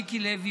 מיקי לוי,